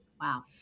Wow